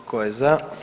Tko je za?